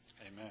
Amen